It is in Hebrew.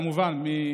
כמובן,